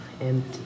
empty